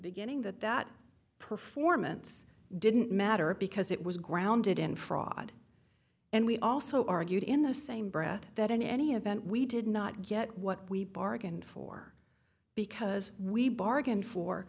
beginning that that performance didn't matter because it was grounded in fraud and we also argued in the same breath that in any event we did not get what we bargained for because we bargained for